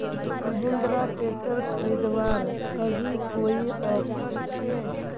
Mahindra tractor खरीदवार अभी कोई ऑफर छे?